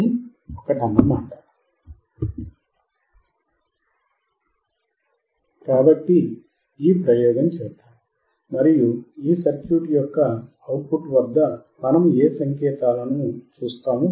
కాబట్టి ఈ ప్రయోగం చేద్దాం మరియు ఈ సర్క్యూట్ యొక్క అవుట్ పుట్ వద్ద మనం ఏ సంకేతాలను చూస్తామో చూడండి